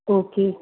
okay